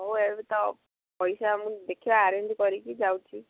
ହଉ ଏବେ ତ ପଇସା ମୁଁ ଦେଖିବା ଆରେଞ୍ଜ୍ କରିକି ଯାଉଛି